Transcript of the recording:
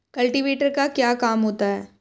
Cultivator का क्या काम होता है?